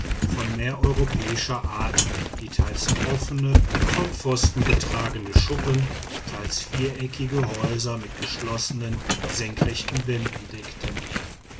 von mehr europäischer art die teils offene von pfosten getragene schuppen teils viereckige häuser mit geschlossenen senkrechten wänden deckten